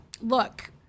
look